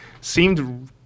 seemed